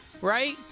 Right